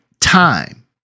time